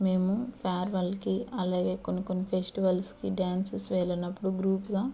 మేము ఫేర్వెల్కి అలాగే కొన్నికొన్ని ఫెస్టివల్స్కి డాన్సెస్ వేయాలి అన్నప్పుడు గ్రూప్గా